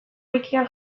wikian